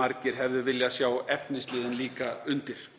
margir hefðu líka viljað sjá efnisliðinn undir.